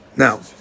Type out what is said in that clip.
Now